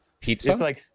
pizza